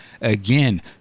again